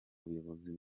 buyobozi